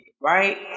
right